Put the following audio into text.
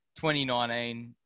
2019